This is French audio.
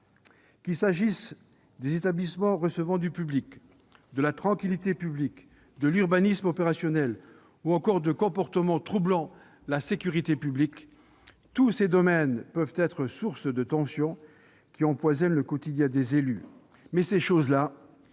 Qu'il s'agisse des établissements recevant du public, de la tranquillité publique, de l'urbanisme opérationnel ou encore de comportements troublant la sécurité publique, tous ces domaines peuvent être sources de tensions qui empoisonnent le quotidien des élus.